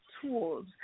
tools